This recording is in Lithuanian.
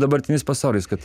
dabartinis pasaulis kad